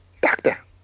doctor